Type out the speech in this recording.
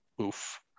oof